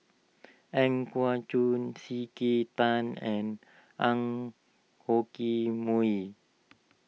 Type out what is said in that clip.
Ang Yau Choon C K Tang and Ang Yoke Mooi